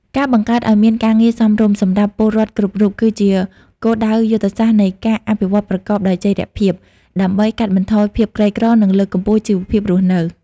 ការបង្កើតឱ្យមាន "ការងារសមរម្យ" សម្រាប់ពលរដ្ឋគ្រប់រូប គឺជាគោលដៅយុទ្ធសាស្ត្រនៃការអភិវឌ្ឍប្រកបដោយចីរភាព ដើម្បីកាត់បន្ថយភាពក្រីក្រ និងលើកកម្ពស់ជីវភាពរស់នៅ។